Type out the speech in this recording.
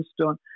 stone